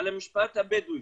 על המשפט הבדואי.